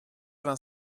vingt